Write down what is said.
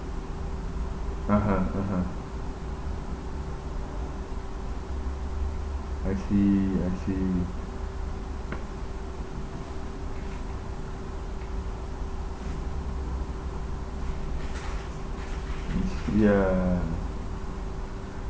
(uh huh) (uh huh) I see I see I see ya